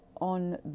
on